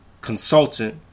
consultant